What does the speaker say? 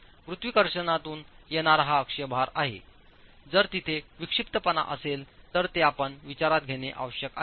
गुरुत्वाकर्षणातून येणारा हा अक्षीय भार आहे जर तिथे विक्षिप्त पणा असेल तर ते आपण विचारात घेणे आवश्यक आहे